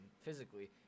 physically